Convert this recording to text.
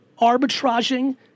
arbitraging